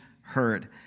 heard